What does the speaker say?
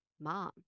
mom